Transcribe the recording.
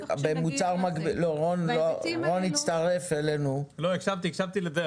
רון הצטרף אלינו עכשיו.